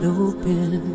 open